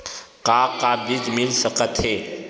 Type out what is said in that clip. का का बीज मिल सकत हे?